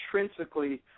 intrinsically